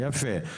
יפה.